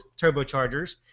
turbochargers